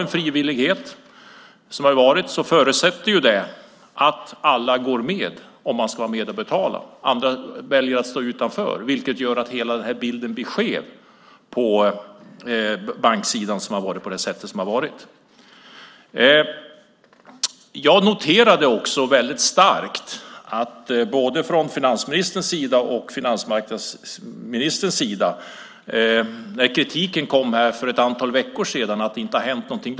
Den frivillighet som varit förutsätter att alla går med om man ska vara med och betala. Andra väljer att stå utanför, vilket gör att hela bilden blir skev på banksidan. Jag noterade väldigt starkt vad som sades från finansministerns och finansmarknadsministerns sida när kritiken kom för ett antal veckor sedan att det då inte hade hänt någonting.